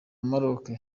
morocco